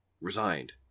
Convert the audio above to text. resigned